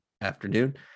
afternoon